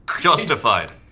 Justified